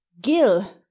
gill